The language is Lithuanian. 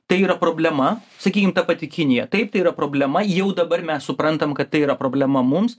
tai yra problema sakykim ta pati kinija taip tai yra problema jau dabar mes suprantam kad tai yra problema mums